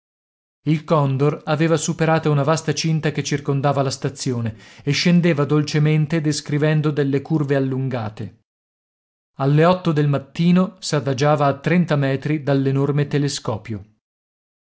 il condor aveva superata una vasta cinta che circondava la stazione e scendeva dolcemente descrivendo delle curve allungate alle otto del mattino s'adagiava a trenta metri dall'enorme telescopio